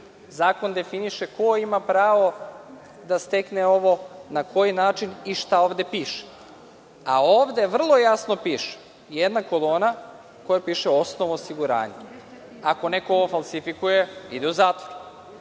zakon definiše ko ima pravo da stekne ovo na koji način i šta ovde piše, a ovde vrlo jasno piše, jedna kolona u kojoj piše – osnov osiguranja. Ako neko ovo falsifikuje, ide u zatvor. Osnov